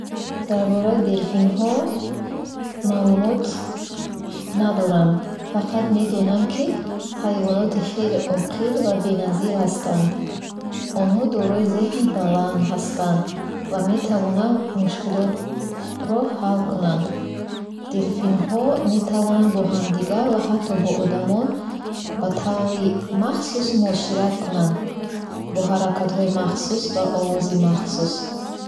Дар бораи делфинҳо маълумот надорам. Фақат медонам, ки ҳайвоноти хеле оқил ва беназир ҳастанд. Онҳо дорои зеҳни баланд ҳастанд ва метавонанд мушкилотро ҳал кунанд. Делфинҳо метавонанд бо ҳамдигар ва ҳатто бо одамон ба таври махсус муошират кунанд. Бо ҳаракатҳои махсус ва овози махсус.